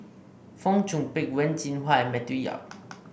Fong Chong Pik Wen Jinhua and Matthew Yap